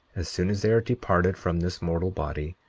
as soon as they are departed from this mortal body,